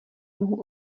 mohu